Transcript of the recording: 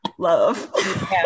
love